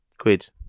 Quid